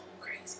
crazy